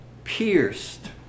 pierced